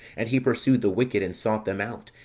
and he pursued the wicked and sought them out,